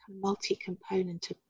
multi-component